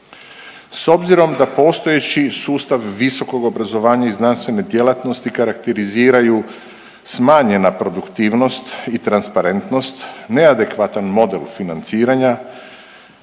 S obzirom da postojeći sustav visokog obrazovanja i znanstvene djelatnosti karakteriziraju smanjena produktivnost i transparentnost, neadekvatan model financiranja,